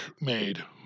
made